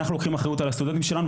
אנחנו לוקחים אחריות על הסטודנטים שלנו,